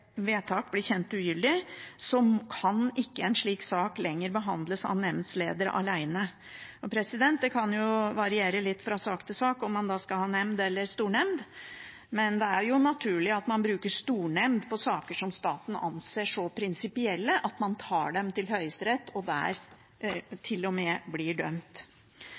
vedtak blir kjent ugyldig der, kan ikke en slik sak lenger behandles av nemndledere alene. Det kan variere litt fra sak til sak om man skal ha nemnd eller stornemnd, men det er naturlig at man bruker stornemnd i saker som staten anser som så prinsipielle at man tar dem til Høyesterett og der til og med blir dømt.